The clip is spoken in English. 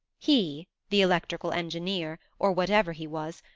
he, the electrical engineer, or whatever he was,